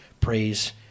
praise